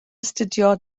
astudio